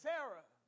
Sarah